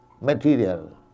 material